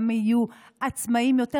גם יהיו עצמאיים יותר,